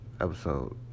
episode